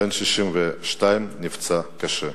בן 62 נפצע קשה.